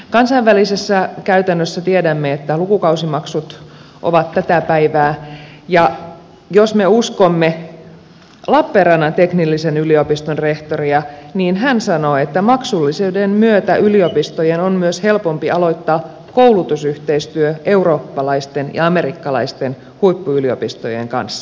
kansainvälisessä käytännössä tiedämme että lukukausimaksut ovat tätä päivää ja jos me uskomme lappeenrannan teknillisen yliopiston rehtoria niin hän sanoo että maksullisuuden myötä yliopistojen on myös helpompi aloittaa koulutusyhteistyö eurooppalaisten ja amerikkalaisten huippuyliopistojen kanssa